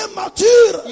mature